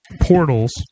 portals